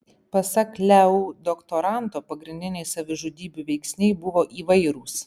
pasak leu doktoranto pagrindiniai savižudybių veiksniai buvo įvairūs